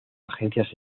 agencias